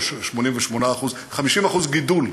או 88%. 50% גידול.